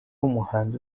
umuhanzi